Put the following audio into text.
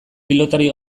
pilotari